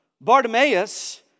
Bartimaeus